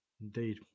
Indeed